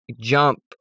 jump